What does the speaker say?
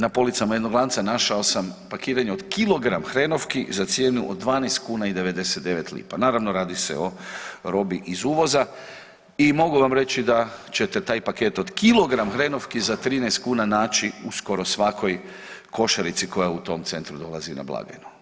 Na policama jednog lanca našao sam pakiranje od kilogram hrenovki za cijenu od 12,99, naravno radi se o robi iz uvoza i mogu vam reći da ćete taj paket od kilogram hrenovki za 13 kuna naći u skoro svakoj košarici koja u tom centru dolazi na blagajnu.